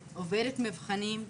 עוברת את המבחנים,